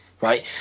right